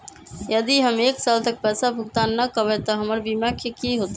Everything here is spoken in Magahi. यदि हम एक साल तक पैसा भुगतान न कवै त हमर बीमा के की होतै?